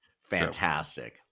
fantastic